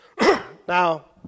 Now